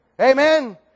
Amen